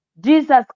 Jesus